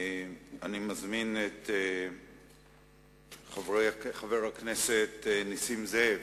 אני מזמין את חבר הכנסת נסים זאב.